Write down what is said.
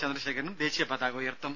ചന്ദ്രശേഖരനും ദേശീയ പതാക ഉയർത്തും